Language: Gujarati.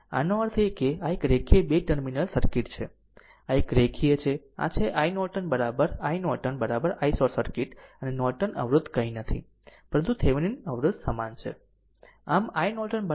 આનો અર્થ એ કે આ એક રેખીય 2 ટર્મિનલ સર્કિટ છે આ એક રેખીય છે આ છે iNorton ખરેખર iNorton i શોર્ટ સર્કિટ અને નોર્ટન અવરોધ કંઈ નથી પરંતુ થેવેનિન અવરોધ સમાન છે